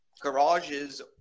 garages